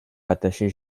rattachée